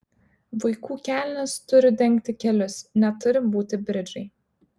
vaikų kelnės turi dengti kelius neturi būti bridžai